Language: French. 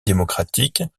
démocratique